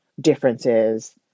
differences